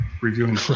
reviewing